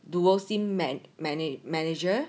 dual SIM man mana~ manager